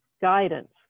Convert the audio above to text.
guidance